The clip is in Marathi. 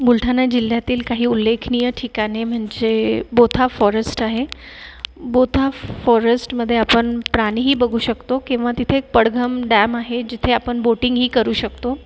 बुलढाणा जिल्ह्यातील काही उल्लेखनीय ठिकाणे म्हणजे बोथा फॉरेस्ट आहे बोथा फॉरेस्टमध्ये आपण प्राणीही बघू शकतो किंवा तिथे एक पडघम डॅम आहे जिथे आपण बोटिंगही करू शकतो